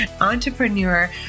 entrepreneur